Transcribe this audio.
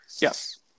Yes